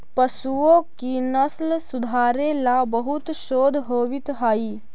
पशुओं की नस्ल सुधारे ला बहुत शोध होवित हाई